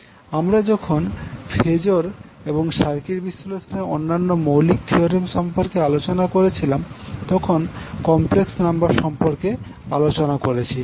আমরা যখন ফেজর এবং সার্কিট বিশ্লেষণের অন্যান্য মৌলিক থিওরেম সম্পর্কে আলোচনা করেছিলাম তখন কম্প্লেক্স নাম্বার সম্পর্কে আলোচনা করেছি